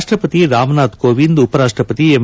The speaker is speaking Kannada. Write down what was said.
ರಾಷ್ಟಪತಿ ರಾಮನಾಥ್ ಕೋವಿಂದ್ ಉಪರಾಷ್ಟಪತಿ ಎಂ